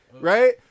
right